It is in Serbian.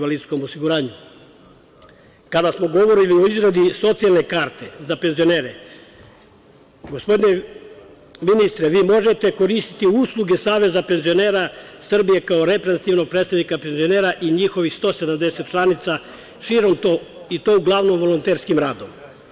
Kada smo govorili o izradi socijalne karte za penzionere, gospodine ministre vi možete koristiti usluge Saveza penzionera Srbije kao reprezentativnog predstavnika penzionera i njihovih 170 članica širom i to uglavnom volonterskim radom.